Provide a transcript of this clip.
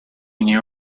new